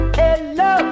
hello